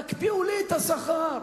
תקפיאו לי את השכר.